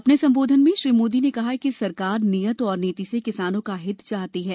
अपने संबोधन में श्री मोदी ने कहा कि सरकार नीयत और नीति से किसानों का हित चाहती है